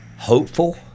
Hopeful